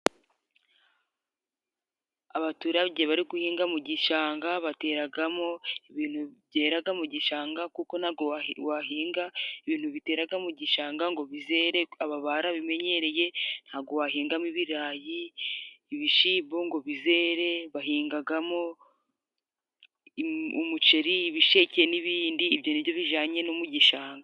Abaturage bari guhinga mu gishanga, bateragamo ibintu byeraga mu gishanga kuko ntabwo wahinga ibintu biteraga mu gishanga ngo bizere, Aba barabimenyereye ntabwo wahingamo ibirayi, ibishimbo ngo bizere. Bahingagamo umuceri, ibisheke n'ibindi. Ibyo ni byo bijanye no mu gishanga.